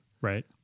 Right